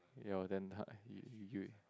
ya then you you you